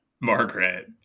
margaret